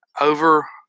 Over